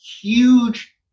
huge